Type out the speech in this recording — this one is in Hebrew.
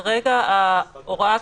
כרגע ההוראה,